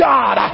God